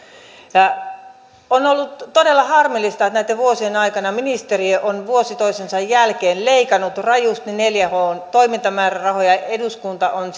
on ollut todella harmillista että näitten vuosien aikana ministeriö on vuosi toisensa jälkeen leikannut rajusti neljä h n toimintamäärärahoja eduskunta on